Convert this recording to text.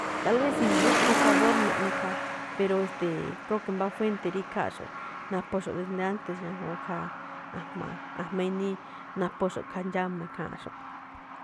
Tal vez i̱mbrúthun sabor naꞌne khaa, pero e̱ste̱e̱, creo que va fuente rí kháanꞌxo̱ꞌ naphoxo̱ꞌ desde antes ñajuun khaa ajma̱a̱, a̱jma̱ enii naphoxo̱ꞌ khaa ndxáma kháanxo̱ꞌ.